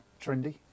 trendy